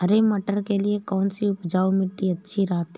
हरे मटर के लिए कौन सी उपजाऊ मिट्टी अच्छी रहती है?